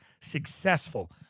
successful